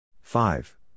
five